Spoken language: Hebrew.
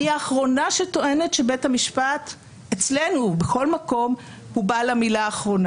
אני האחרונה שטוענת שבית המשפט אצלנו ובכל מקום הוא בעל המילה האחרונה.